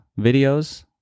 videos